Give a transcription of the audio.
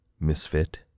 Misfit